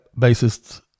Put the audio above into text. bassist